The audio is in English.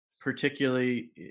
particularly